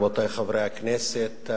רבותי חברי הכנסת,